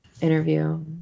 interview